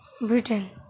Britain